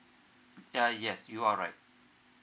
yeah yes you are right